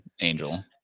Angel